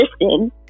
Listen